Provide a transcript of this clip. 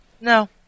No